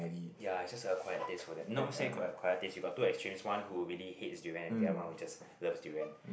ya it's just a acquired taste for them not say quiet quiet taste we got two extremes one who really hates durian and the other one who just love durian